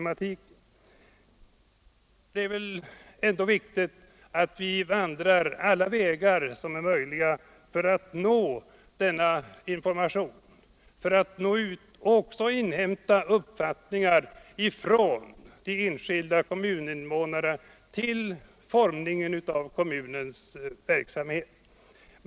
Men det är väl ändå viktigt att vi vandrar alla vägar som står till buds för att inhämta information om uppfattningar bland de enskilda kommuninvånarna, vilken kan vara av värde vid utformningen av kommunens verksamhet.